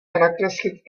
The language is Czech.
nakreslit